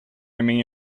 remain